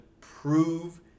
prove